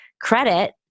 credit